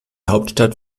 hauptstadt